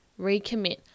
recommit